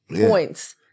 points